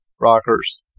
rockers